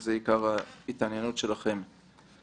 שזה עיקר ההתעניינות שלכם.